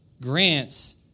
grants